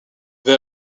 they